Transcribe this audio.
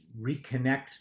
reconnect